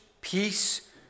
peace